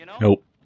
Nope